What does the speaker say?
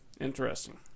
Interesting